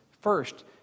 first